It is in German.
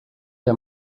der